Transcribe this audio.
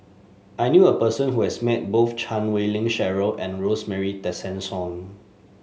I knew a person who has met both Chan Wei Ling Cheryl and Rosemary Tessensohn